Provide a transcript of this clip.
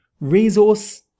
resource